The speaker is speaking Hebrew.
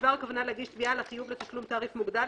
בדבר הכוונה להגיש תביעה על החיוב לשלם תעריף מוגדל,